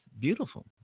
beautiful